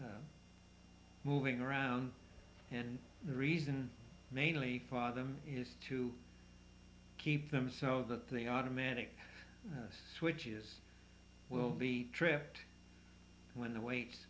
just moving around and the reason mainly for them is to keep them so that the automatic switches will be tripped when the weights